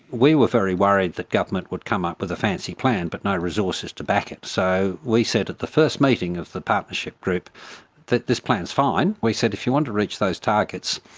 we were very worried that government would come up with a fancy plan but no resources to back it. so we said at the first meeting of the partnership group that this plan's fine. we said, if you want to reach those targets,